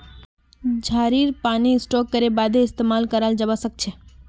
झड़ीर पानीक स्टोर करे बादे इस्तेमाल कराल जबा सखछे